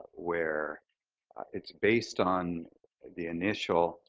where it's based on the initial